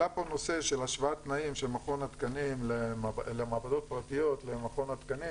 עלה פה נושא של השוואת תנאים בין המעבדות הפרטיות למכון התקנים